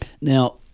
Now